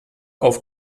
auf